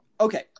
Okay